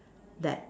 that